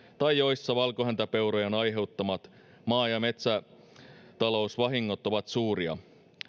tai joilla valkohäntäpeurojen aiheuttamat maa ja metsätalousvahingot ovat suuria